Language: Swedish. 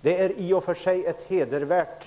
Det är i och för sig hedervärt